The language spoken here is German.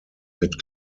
mit